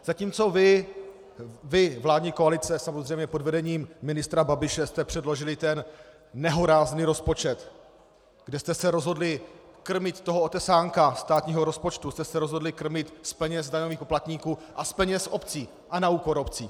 Zatímco vy, vládní koalice, samozřejmě pod vedením ministra Babiše, jste předložili ten nehorázný rozpočet, kde jste se rozhodli krmit toho otesánka státního rozpočtu, jste se rozhodli krmit z peněz daňových poplatníků a z peněz obcí a na úkor obcí.